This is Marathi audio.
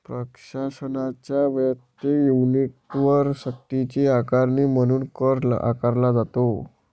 प्रशासनाच्या वैयक्तिक युनिट्सवर सक्तीची आकारणी म्हणून कर आकारला जातो